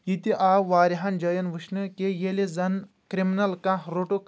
یہِ تہِ آو واریاہن جایَن وٕچھنہٕ کہِ ییٚلہِ زن کرِمنل کانٛہہ روٚٹُکھ